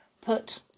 put